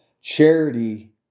charity